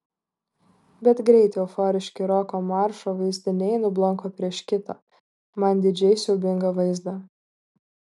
bet greit euforiški roko maršo vaizdiniai nublanko prieš kitą man didžiai siaubingą vaizdą